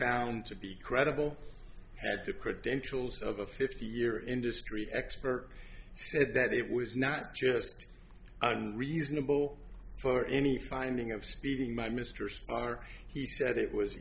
found to be credible lead to credentials of a fifty year industry expert said that it was not just and reasonable for any finding of speeding by mr starr he said it was